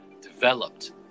developed